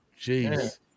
jeez